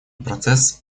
процесс